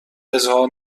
اظهار